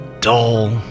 dull